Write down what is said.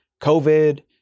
COVID